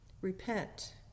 Repent